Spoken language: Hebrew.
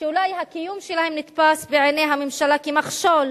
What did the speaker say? שאולי הקיום שלהם נתפס בעיני הממשלה כמכשול.